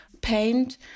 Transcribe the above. paint